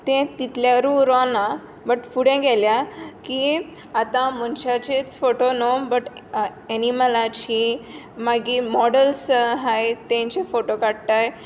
तें तितल्यारूच उरूंक ना बट फुडें गेल्या की आतां मनशाचेच फोटो न्हय बट एनिमलांचीं मागीर मॉडल्स आसात तांचे फोटो काडटात